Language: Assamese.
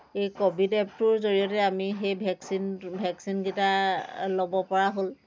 এই কোভিড এপটোৰ জৰিয়তে আমি সেই ভেকচিন ভেকচিনকেইটা ল'ব পৰা হ'ল